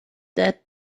that